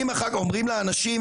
אומרים לאנשים,